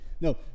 No